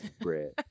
bread